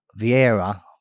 Vieira